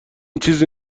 چیزی